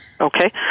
Okay